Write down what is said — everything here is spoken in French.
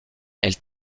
elle